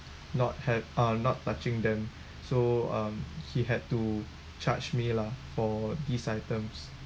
not have uh not touching them so um he had to charge me lah for these items